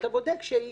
אתה בודק שהיא